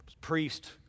priest